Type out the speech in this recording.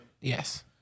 Yes